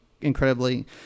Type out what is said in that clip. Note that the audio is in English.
incredibly